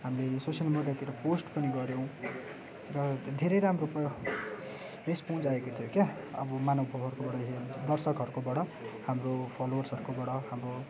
हामीले यो सोसल मिडियातिर पोस्ट पनि गर्यौँ र धेरै राम्रो पो रेस्पन्स आएको थियो क्या अब महानुभावहरूकोबाट हेर दर्शकहरूकोबाट हाम्रो फलोअर्सहरूकोबाट हाम्रो